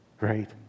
right